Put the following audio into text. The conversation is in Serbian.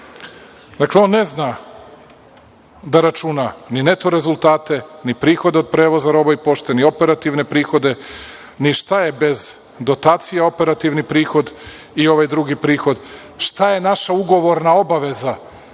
Dakle, on ne zna da računa ni neto rezultate, ni prihode od prevoza roba i pošte, ni operativne prihode, ni šta je bez dotacije operativni prihod i ovaj drugi prihod, šta je naša ugovorna obaveza